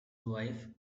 wife